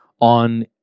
on